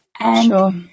Sure